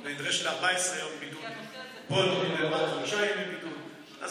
היא נדרשת ל-14 יום בידוד ופה הם נותנים להם רק חמישה ימי בידוד.